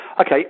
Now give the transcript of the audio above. Okay